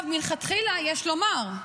מלכתחילה, יש לומר,